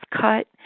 cut